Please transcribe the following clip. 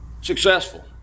successful